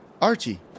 Archie